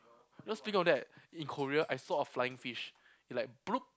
you all still know that in Korea I saw a flying fish that like bloop